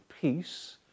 peace